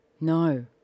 no